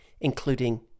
Including